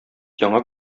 яңа